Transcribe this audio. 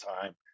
time